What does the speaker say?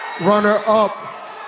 runner-up